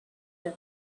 them